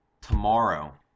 Tomorrow